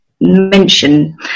mention